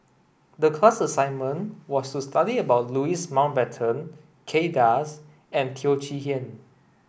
the class assignment was to study about Louis Mountbatten Kay Das and Teo Chee Hean